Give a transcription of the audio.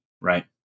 right